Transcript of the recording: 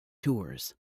tours